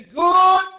good